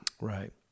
Right